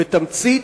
בתמצית,